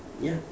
ya